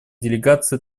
делегации